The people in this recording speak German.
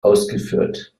ausgeführt